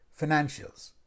financials